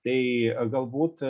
tai galbūt